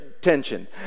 tension